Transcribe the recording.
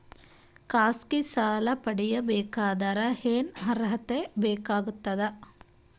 ಖಾಸಗಿ ಸಾಲ ಪಡಿಬೇಕಂದರ ಏನ್ ಅರ್ಹತಿ ಬೇಕಾಗತದ?